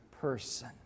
person